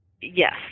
Yes